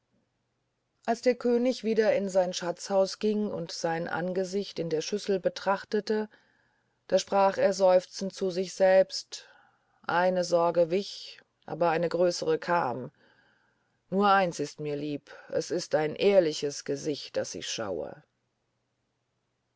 als der könig wieder in sein schatzhaus ging und sein angesicht in der schüssel betrachtete da sprach er seufzend zu sich selbst eine sorge wich aber eine größere kam nur eins ist mir lieb es ist ein ehrliches gesicht das ich schaue